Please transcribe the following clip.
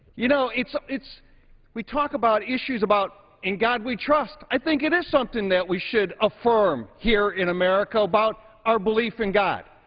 you know, it's it's we talk about issues about in god we trust. i think it is something that we should affirm here in america, about our belief in god.